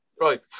Right